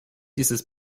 dieses